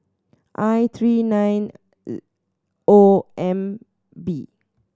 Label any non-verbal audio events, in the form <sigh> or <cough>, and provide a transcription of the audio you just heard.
I three nine <unintelligible> O M B